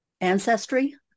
ancestry